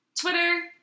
Twitter